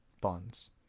bonds